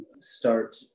start